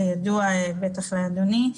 כידוע, בטח לאדוני,